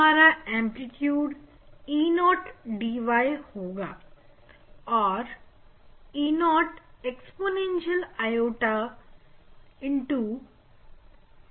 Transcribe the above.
हमारा amplitude Eo dy होगा और Eo Exp i wt KR KYSin𝛉 हैं